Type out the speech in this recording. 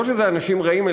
לא שזה אנשים רעים,